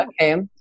okay